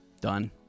done